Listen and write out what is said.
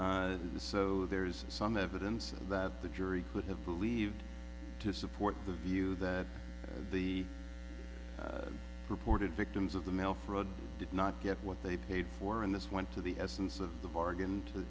the so there's some evidence that the jury could have believed to support the view that the purported victims of the mail fraud did not get what they paid for and this went to the essence of the bargain to